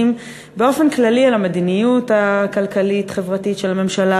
באופן כללי על המדיניות הכלכלית-חברתית של הממשלה,